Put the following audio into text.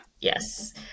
Yes